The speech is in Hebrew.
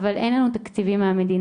אבל אין לנו תקציבים מהמדינה.